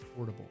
affordable